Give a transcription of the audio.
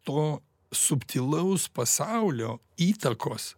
to subtilaus pasaulio įtakos